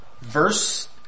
verse